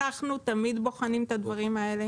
אנחנו תמיד בוחנים את הדברים האלה.